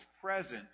present